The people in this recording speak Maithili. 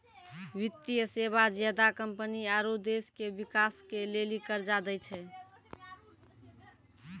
वित्तीय सेवा ज्यादा कम्पनी आरो देश के बिकास के लेली कर्जा दै छै